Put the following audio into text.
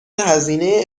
هزینه